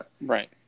Right